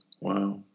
Wow